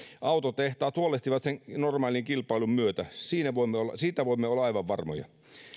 autotehtaat huolehtivat siitä normaalin kilpailun myötä siitä voimme olla aivan varmoja